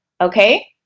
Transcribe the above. Okay